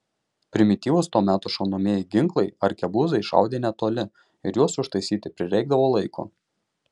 primityvūs to meto šaunamieji ginklai arkebuzai šaudė netoli ir juos užtaisyti prireikdavo laiko